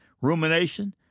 rumination